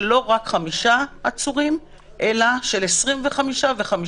לא רק של חמישה עצורים אלא של 25 ו-55.